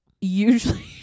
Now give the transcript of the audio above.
Usually